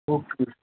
okay